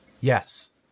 Yes